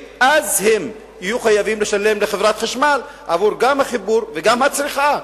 אז הם יהיו חייבים לשלם לחברת החשמל גם עבור החיבור וגם עבור הצריכה.